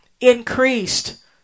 increased